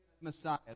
Messiah